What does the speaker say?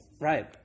right